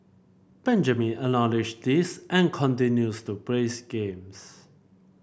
Benjamin acknowledge this and continues to plays games